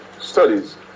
studies